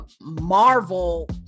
Marvel